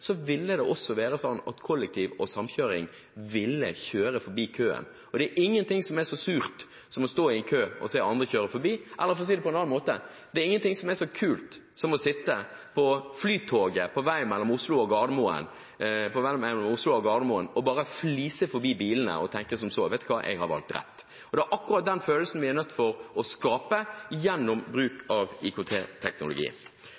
å stå i en kø og se andre kjøre forbi. Eller for å si det på en annen måte: Det er ingenting som er så kult som å sitte på flytoget på vei mellom Oslo og Gardermoen og bare «flise» forbi bilene og tenke at jeg har valgt rett. Akkurat den følelsen er vi er nødt til å skape gjennom